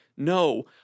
No